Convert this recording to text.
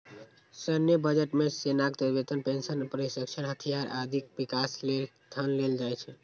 सैन्य बजट मे सेनाक वेतन, पेंशन, प्रशिक्षण, हथियार, आदिक विकास लेल धन देल जाइ छै